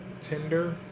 Tinder